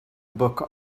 book